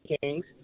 Kings